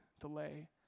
delay